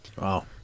Wow